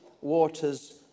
Water's